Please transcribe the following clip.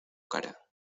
cara